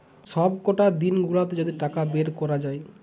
সবকটা দিন গুলাতে যদি টাকা বের কোরা যায়